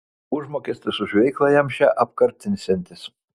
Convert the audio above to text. užmokestis už veiklą jam šią apkartinsiantis